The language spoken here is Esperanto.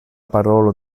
parolo